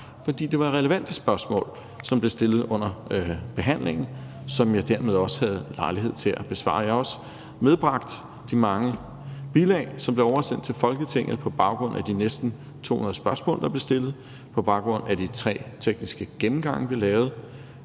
for det var relevante spørgsmål, som blev stillet under behandlingen, som jeg dermed også havde lejlighed til at besvare. Jeg har også medbragt de mange bilag, som blev oversendt til Folketinget på baggrund af de næsten 200 spørgsmål, der blev stillet, på baggrund af de tre tekniske gennemgange, vi lavede,